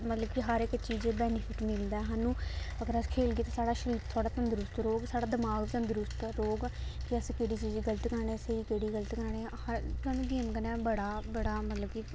मतलब कि हर इक चीज दा बैनिफिट मिलदा ऐ सानूं अगर अस खेलगे ते साढ़ा शरीर थोह्ड़ा तंदरुस्त रौह्ग साढ़ा दमाक बी तंदरुस्त रौह्ग कि अस केह्ड़ी चीज गलत करा ने स्हेई केह्ड़ी करा ने सानूं गेम कन्नै बड़ा बड़ा मतलब कि